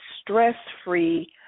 stress-free